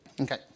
Okay